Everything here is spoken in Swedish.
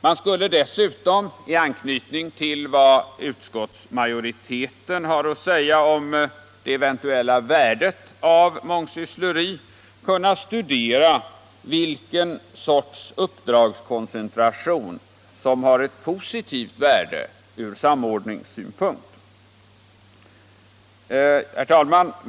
Man skulle dessutom i anknytning till vad utskottsmajoriteten har att säga om det eventuella värdet av mångsyssleri kunna studera vilken sorts uppdragskoncentration som har positivt värde ur samordningssynpunkt. Herr talman!